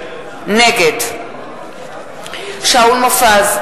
נגד שאול מופז,